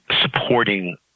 supporting